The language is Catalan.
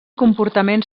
comportament